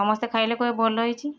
ସମସ୍ତେ ଖାଇଲେ କହିଲେ ଭଲ ହେଇଛି